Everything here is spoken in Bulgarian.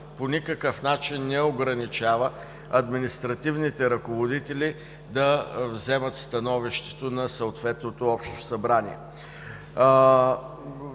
по никакъв начин не ограничава, административните ръководители да вземат становището на съответното общо събрание. Дългите